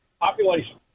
Population